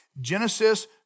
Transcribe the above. Genesis